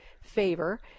favor